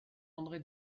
andré